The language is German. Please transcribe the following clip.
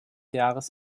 jahres